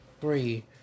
three